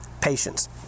patience